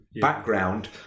background